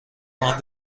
وام